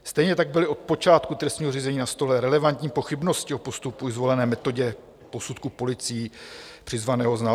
Stejně tak byly od počátku trestního řízení na stole relevantní pochybnosti o postupu i zvolené metodě posudku policií přizvaného znalce.